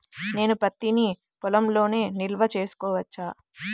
నేను పత్తి నీ పొలంలోనే నిల్వ చేసుకోవచ్చా?